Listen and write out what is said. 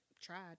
tried